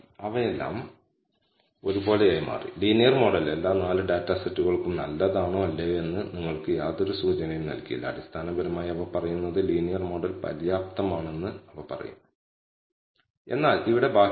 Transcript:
x നും y നും ഇടയിൽ ഒരു ലീനിയർ ഡിപൻഡൻസി ഉണ്ടെന്ന് നിങ്ങൾക്കറിയാമെന്ന് കരുതി നമ്മൾ ലീനിയർ മോഡൽ ഫിറ്റ് ചെയ്തിട്ടുണ്ട് നമ്മൾക്ക് β̂1 ന്റെ ഒരു എസ്റ്റിമേറ്റ് ലഭിച്ചു